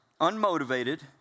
unmotivated